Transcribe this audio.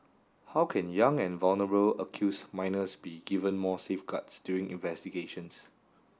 how can young and vulnerable accused minors be given more safeguards during investigations